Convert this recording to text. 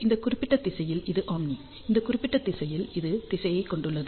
இந்த குறிப்பிட்ட திசையில் இது ஓம்னி இந்த குறிப்பிட்ட திசையில் இது திசையைக் கொண்டுள்ளது